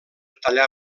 tallar